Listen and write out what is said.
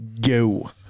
go